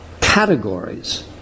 categories